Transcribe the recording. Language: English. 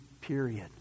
period